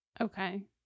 Okay